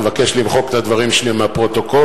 אבקש למחוק את הדברים שלי מהפרוטוקול.